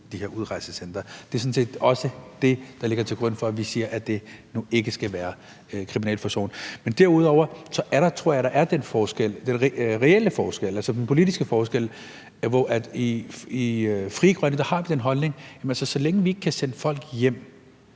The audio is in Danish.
Det er sådan set også det, der ligger til grund for, at vi siger, at det nu ikke skal være kriminalforsorgen. Men derudover tror jeg, der er den forskel, den reelle forskel, altså den politiske forskel. Vi i Frie Grønne har den holdning, at så længe vi ikke kan sende folk hjem,